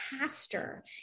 pastor